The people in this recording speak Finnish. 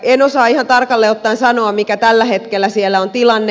en osaa ihan tarkalleen ottaen sanoa mikä tällä hetkellä siellä on tilanne